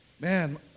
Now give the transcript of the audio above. Man